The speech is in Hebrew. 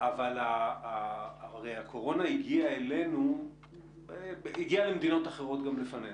אבל הרי הקורונה הגיעה למדינות אחרות גם לפנינו,